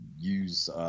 use –